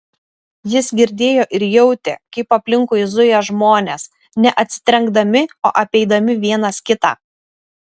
jis girdėjo ir jautė kaip aplinkui zuja žmonės ne atsitrenkdami o apeidami vienas kitą